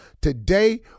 Today